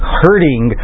hurting